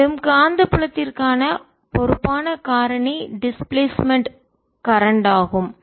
மேலும் காந்தப்புலத்திற்கான பொறுப்பான காரணி டிஸ்பிளேஸ்மென்ட் இடப்பெயர்ச்சி கரண்ட் மின்னோட்டம் ஆகும்